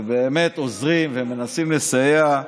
ובאמת עוזרים ומנסים לסייע,